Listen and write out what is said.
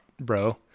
bro